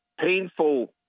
painful